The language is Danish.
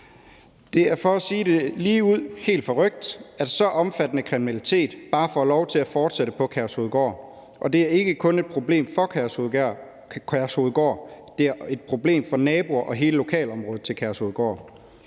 Det er for at sige det ligeud helt forrykt, at så omfattende kriminalitet bare får lov til at fortsætte på Kærshovedgård, og det er ikke kun et problem for Kærshovedgård, det er et problem for naboer og hele lokalområdet til Kærshovedgård.